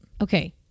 Okay